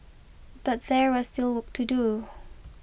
but there was still work to do